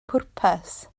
pwrpas